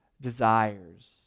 desires